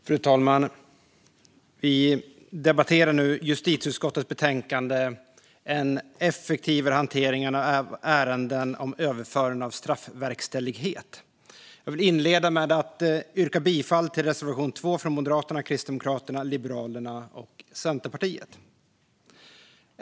Fru talman! Vi debatterar nu justitieutskottets betänkande En effektivare hantering av ärenden om överförande av straffverkställighet . Jag vill inleda med att yrka bifall till reservation 2 från Moderaterna, Kristdemokraterna, Liberalerna och Centerpartiet.